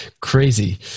crazy